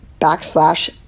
backslash